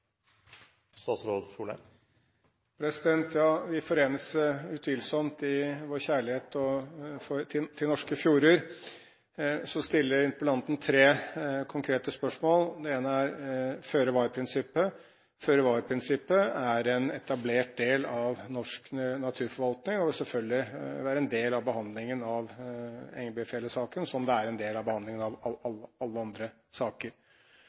Vi forenes utvilsomt i vår kjærlighet til norske fjorder. Så kommer interpellanten med tre konkrete utfordringer. Den ene er føre-var-prinsippet. Føre-var-prinsippet er en etablert del av norsk naturforvaltning og vil selvfølgelig være en del av behandlingen av Engebøfjellet-saken, slik det er en del av behandlingen av alle andre saker.